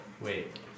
wait